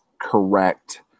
correct